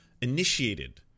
initiated